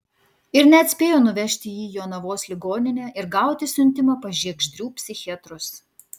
ir net spėjo nuvežti jį į jonavos ligoninę ir gauti siuntimą pas žiegždrių psichiatrus